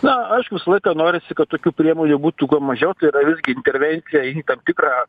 na aišku visą laiką norisi kad tokių priemonių būtų kuo mažiau tai yra visgi intervencija į tam tikrą